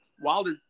Wilder